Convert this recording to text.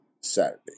saturday